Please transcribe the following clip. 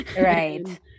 Right